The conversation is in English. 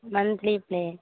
monthly play